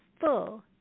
full